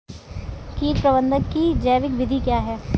कीट प्रबंधक की जैविक विधि क्या है?